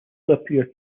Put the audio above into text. appear